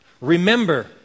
remember